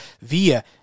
via